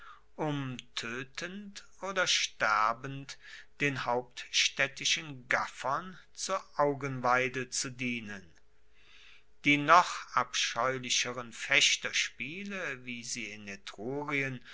um toetend oder sterbend den hauptstaedtischen gaffern zur augenweide zu dienen die noch abscheulicheren fechterspiele wie sie in